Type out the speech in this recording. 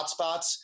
hotspots